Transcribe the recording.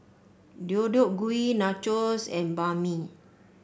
Deodeok Gui Nachos and Banh Mi